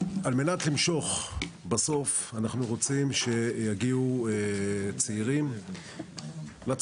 על מנת למשוך בסוף אנחנו רוצים שיגיעו צעירים לצפון.